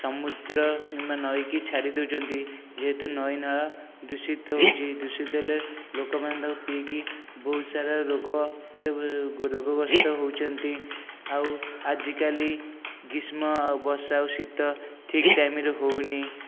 ସମୁଦ୍ର କିମ୍ବା ନଈକି ଛାଡ଼ି ଦେଉଛନ୍ତି ଯେହେତୁ ନଈ ନାଳ ଦୂଷିତ ହେଉଛି ଦୂଷିତ ହେଲେ ଲୋକମାନେ ତାକୁ ପିଇକି ବହୁତ୍ ସାରା ରୋଗ ରୋଗଗ୍ରସ୍ତ ହେଉଛନ୍ତି ଆଉ ଆଜିକାଲି ଗ୍ରୀଷ୍ମ ଆଉ ବର୍ଷା ଆଉ ଶୀତ ଠିକ୍ ଟାଇମରେ ହେଉନି